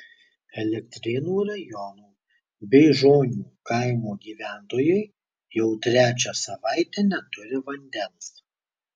elektrėnų rajono beižionių kaimo gyventojai jau trečią savaitę neturi vandens